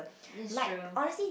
it's true